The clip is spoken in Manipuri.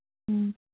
ꯎꯝ